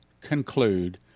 conclude